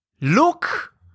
look